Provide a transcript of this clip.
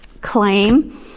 claim